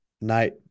night